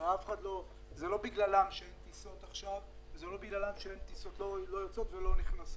הרי זה לא בגללן שאין טיסות יוצאות או נכנסות,